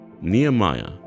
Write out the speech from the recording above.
Nehemiah